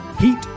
Heat